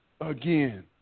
again